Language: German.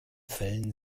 fällen